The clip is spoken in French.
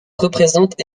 représentent